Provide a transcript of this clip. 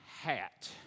hat